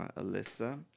Alyssa